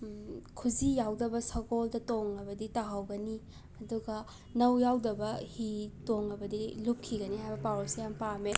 ꯈꯨꯖꯤ ꯌꯥꯎꯗꯕ ꯁꯒꯣꯜꯗ ꯇꯣꯡꯂꯕꯗꯤ ꯇꯥꯍꯧꯒꯅꯤ ꯑꯗꯨꯒ ꯅꯧ ꯌꯥꯎꯗꯕ ꯍꯤ ꯇꯣꯡꯂꯕꯗꯤ ꯂꯨꯞꯈꯤꯒꯅꯤ ꯍꯥꯏꯕ ꯄꯥꯎꯔꯧꯁꯦ ꯌꯥꯝꯅ ꯄꯥꯝꯃꯦ